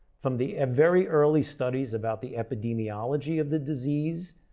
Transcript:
from the very early studies about the epidemiology of the disease,